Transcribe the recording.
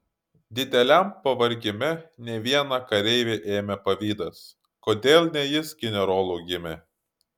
dideliam pavargime ne vieną kareivį ėmė pavydas kodėl ne jis generolu gimė